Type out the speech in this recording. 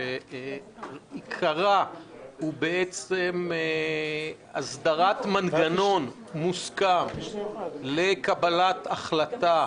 שעיקרה הוא בעצם הסדרת מנגנון מוסכם לקבלת החלטה,